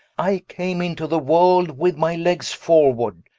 i came into the world with my legges forward.